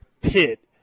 pit